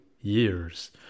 years